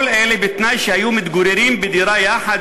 כל אלה בתנאי שהיו מתגוררים בדירה יחד